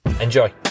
enjoy